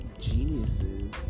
geniuses